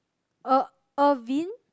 Ir~ Irvin